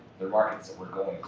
they're markets that we're